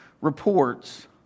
reports